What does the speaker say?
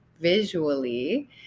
visually